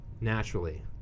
naturally